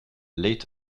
leigh